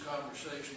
conversation